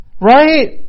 Right